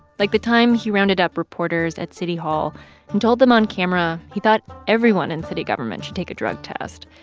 like the time he rounded up reporters at city hall and told them on camera he thought everyone in city government should take a drug test.